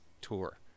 tour